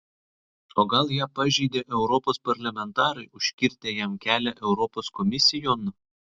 o gal ją pažeidė europos parlamentarai užkirtę jam kelią europos komisijon